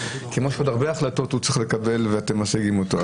כמו שעוד הרבה החלטות הוא צריך לקבל ואתם משיגים אותו.